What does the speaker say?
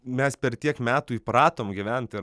mes per tiek metų įpratom gyvent ir